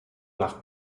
nach